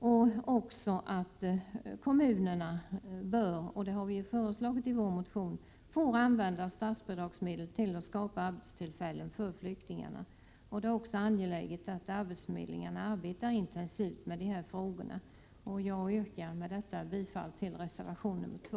Det är också viktigt att kommunerna — och det har vi föreslagit i vår motion — får använda statsbidragsmedel till att skapa arbetstillfällen för flyktingarna. Det är också angeläget att arbetsförmedlingarna arbetar intensivt med de här frågorna. Jag yrkar bifall till reservation 2.